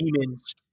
demons